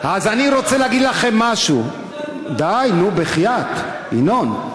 די, נו, בחייאת, ינון.